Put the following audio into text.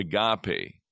agape